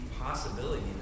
possibility